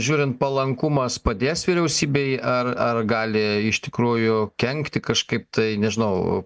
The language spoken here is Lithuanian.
žiūrint palankumas padės vyriausybei ar ar gali iš tikrųjų kenkti kažkaip tai nežinau